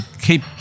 keep